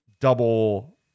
double